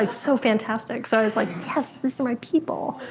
like so fantastic. so i was like yes, these are my people.